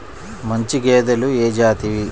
మంచి గేదెలు ఏ జాతివి?